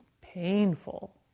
painful